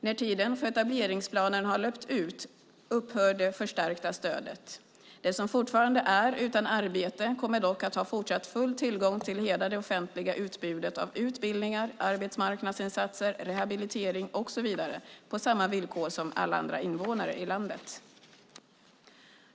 När tiden för etableringsplanen har löpt ut upphör det förstärkta stödet. De som fortfarande är utan arbete kommer dock att ha fortsatt full tillgång till hela det offentliga utbudet av utbildningar, arbetsmarknadsinsatser, rehabilitering och så vidare, på samma villkor som alla andra invånare i landet.